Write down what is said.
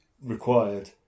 required